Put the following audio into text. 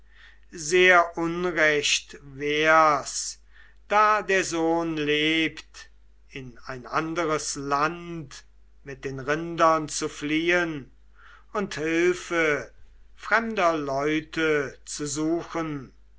sehr unrecht wär's da der sohn lebt in ein anderes land mit den rindern zu fliehen und hilfe fremder leute zu suchen